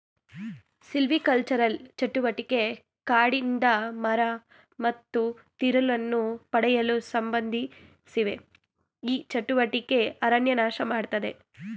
silvicultural ಚಟುವಟಿಕೆ ಕಾಡಿಂದ ಮರ ಮತ್ತು ತಿರುಳನ್ನು ಪಡೆಯಲು ಸಂಬಂಧಿಸಿವೆ ಈ ಚಟುವಟಿಕೆ ಅರಣ್ಯ ನಾಶಮಾಡ್ತದೆ